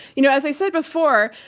you know, as i said before,